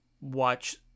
watch